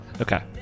Okay